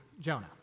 Jonah